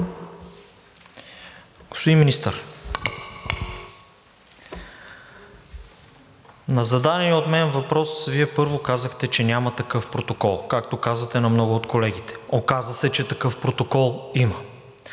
Господин Министър, на зададения от мен въпрос Вие първо казахте, че няма такъв протокол, както казвате на много от колегите. Оказа се, че такъв протокол има.